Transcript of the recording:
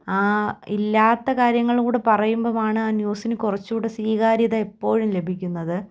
ഇല്ലാത്ത കാര്യങ്ങൾ കൂടെ പറയുമ്പം ആണ് ആ ന്യൂസിനു സ്വീകാര്യത എപ്പോഴും ലഭിക്കുന്നത്